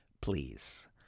please